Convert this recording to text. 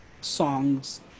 songs